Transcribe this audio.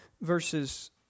verses